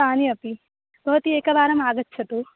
तानि अपि भवती एकवारम् आगच्छतु